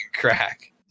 crack